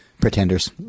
Pretenders